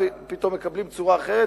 ופתאום מקבלים צורה אחרת,